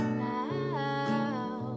now